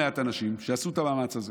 אני מכיר לא מעט אנשים שעשו את המאמץ הזה